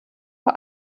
vor